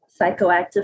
psychoactive